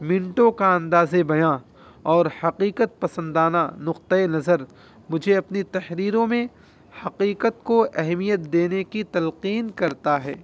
منٹو کا انداز بیاں اور حقیکت پسندانہ نقطۂ نظر مجھے اپنی تحریروں میں حقیقت کو اہمیت دینے کی تلقین کرتا ہے